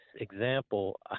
example